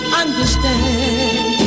understand